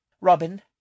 Robin